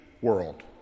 world